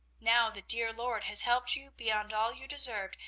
now the dear lord has helped you beyond all you deserved,